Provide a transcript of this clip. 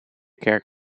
kerk